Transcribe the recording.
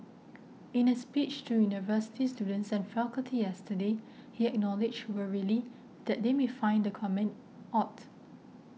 in a speech to university students and faculty yesterday he acknowledged wryly that they may find the comment odd